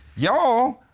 y'all,